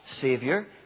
Savior